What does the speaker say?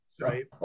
right